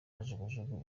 kajugujugu